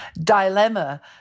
dilemma